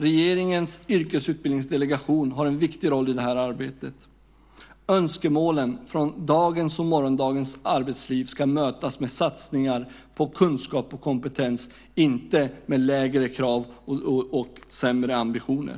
Regeringens yrkesutbildningsdelegation har en viktig roll i detta arbete. Önskemålen från dagens och morgondagens arbetsliv ska mötas med satsningar på kunskap och kompetens, inte med lägre krav och sämre ambitioner.